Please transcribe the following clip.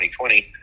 2020